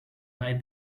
hide